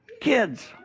kids